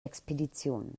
expeditionen